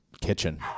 kitchen